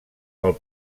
pel